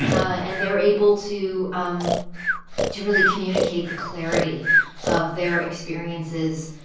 and they're able to um to really communicate the clarity of their experiences,